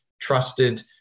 trusted